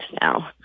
now